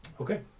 Okay